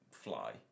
fly